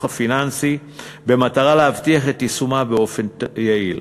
הפיננסי במטרה להבטיח את יישומה באופן יעיל.